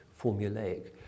formulaic